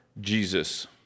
Jesus